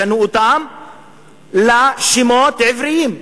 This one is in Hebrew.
ישנו אותם לשמות עבריים,